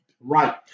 Right